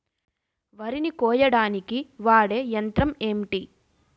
వరి ని కోయడానికి వాడే యంత్రం ఏంటి?